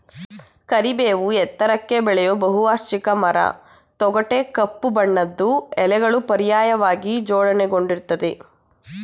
ಕರಿಬೇವು ಎತ್ತರಕ್ಕೆ ಬೆಳೆಯೋ ಬಹುವಾರ್ಷಿಕ ಮರ ತೊಗಟೆ ಕಪ್ಪು ಬಣ್ಣದ್ದು ಎಲೆಗಳು ಪರ್ಯಾಯವಾಗಿ ಜೋಡಣೆಗೊಂಡಿರ್ತದೆ